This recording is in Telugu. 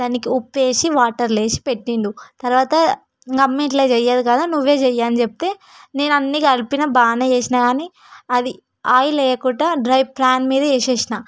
దానికి ఉప్పేసి వాటర్లో వేసి పెట్టాడు తరువాత అమ్మ ఇట్లా చేయదు కదా నువ్వే చేయి అని చెప్తే నేను అన్ని కలిపాను బాగానే చేసాను కానీ అవి ఆయిల్ వేయకుండా డ్రై ప్యాన్ మీద వేసాను